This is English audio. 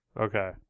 Okay